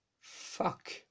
Fuck